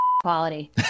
quality